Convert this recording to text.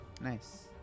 Nice